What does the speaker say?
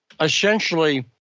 essentially